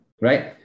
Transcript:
right